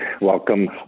Welcome